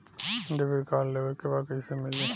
Debit card लेवे के बा कईसे मिली?